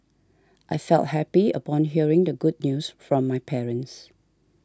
I felt happy upon hearing the good news from my parents